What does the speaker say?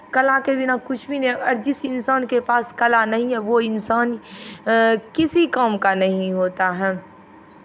कला के बिना कुछ भी नहीं है और जिस इंसान के पास कला नहीं है वो इंसान किसी काम का नहीं होता है